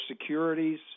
securities